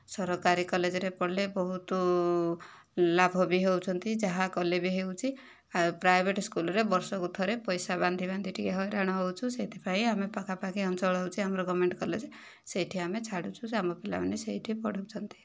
ସରକାରୀ କଲେଜ୍ରେ ପଢ଼ିଲେ ବହୁତ ଲାଭ ବି ହେଉଛନ୍ତି ଯାହା କଲେ ବି ହେଉଛି ଆଉ ପ୍ରାଇଭେଟ୍ ସ୍କୁଲ୍ରେ ବର୍ଷକୁ ଥରେ ପଇସା ବାନ୍ଧି ବାନ୍ଧି ଟିକିଏ ହଇରାଣ ହେଉଛି ସେଥିପାଇଁ ଆମେ ପାଖାପାଖି ଅଞ୍ଚଳ ହେଉଛି ଆମର ଗଭର୍ଣ୍ଣମେଣ୍ଟ୍ କଲେଜ୍ ସେଇଠି ଆମେ ଛାଡ଼ୁଛୁ ଯେ ଆମ ପିଲାମାନେ ସେଇଠି ପଢ଼ୁଛନ୍ତି